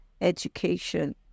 education